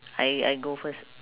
I I go first